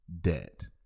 debt